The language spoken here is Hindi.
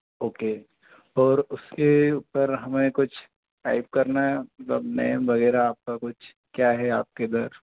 ओके और उसके ऊपर हमें कुछ टाइप करना है मतलब नेम वग़ैरह आपका कुछ क्या है आपके इधर